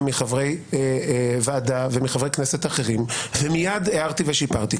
מחברי ועדה ומחברי כנסת אחרים מיד הערתי ושיפרתי.